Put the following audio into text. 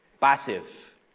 passive